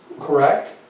Correct